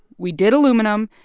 we did aluminum.